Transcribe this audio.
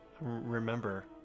remember